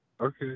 Okay